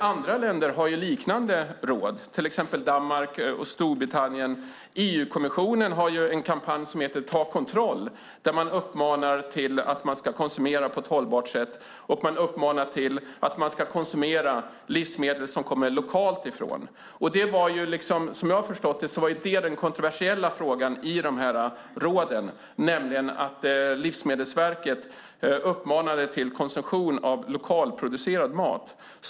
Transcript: Andra länder har liknande råd, till exempel Danmark och Storbritannien, och EU-kommissionen har en kampanj med namnet Ta kontroll där man uppmanar till att konsumera på ett hållbart sätt och till att konsumera livsmedel som kommer från lokala producenter. Som jag har förstått det var detta det kontroversiella i råden, alltså att Livsmedelsverket uppmanade till konsumtion av lokalproducerad mat.